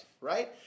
right